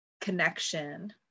connection